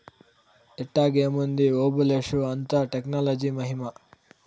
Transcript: ఎట్టాగేముంది ఓబులేషు, అంతా టెక్నాలజీ మహిమా